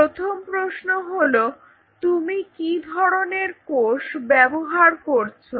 প্রথম প্রশ্ন হল তুমি কি ধরনের কোষ ব্যবহার করছো